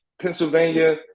Pennsylvania